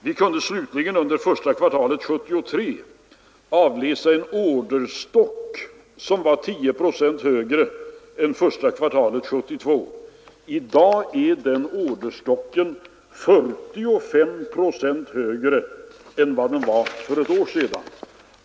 Vi kunde slutligen under första kvartalet 1973 avläsa en orderstock som var 10 procent större än första kvartalet 1972. I dag är orderstocken 45 procent större än vad den var för ett år sedan.